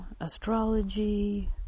astrology